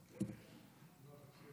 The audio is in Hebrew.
כנסת